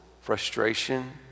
frustration